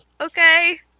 Okay